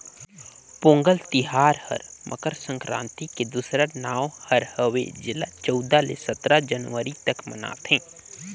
पोगंल तिहार हर मकर संकरांति के दूसरा नांव हर हवे जेला चउदा ले सतरा जनवरी तक मनाथें